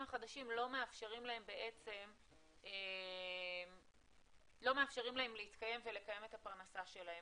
החדשים לא מאפשרים להם בעצם להתקיים ולקיים את הפרנסה שלהם.